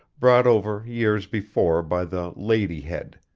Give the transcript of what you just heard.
brought over years before by the lady head,